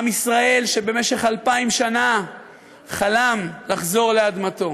עם ישראל, שבמשך אלפיים שנה חלם לחזור לאדמתו,